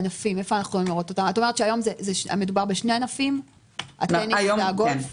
מדובר היום בטניס והגולף?